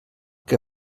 que